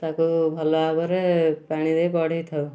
ତାକୁ ଭଲ ଭାବରେ ପାଣି ଦେଇ ବଢ଼େଇ ଥାଉ